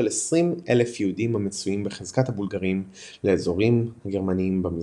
20,000 יהודים המצויים בחזקת הבולגרים ל"אזורים הגרמניים במזרח".